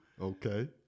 Okay